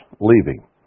leaving